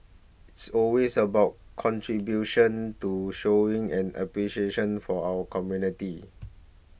it's always about contribution to showing and appreciation for our community